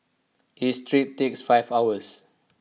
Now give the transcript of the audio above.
each trip takes five hours